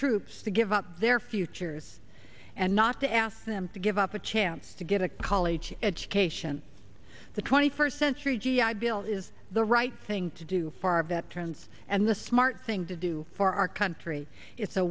troops to give up their futures and not to ask them to give up a chance to get a college education the twenty first century g i bill is the right thing to do far better terms and the smart thing to do for our country it's a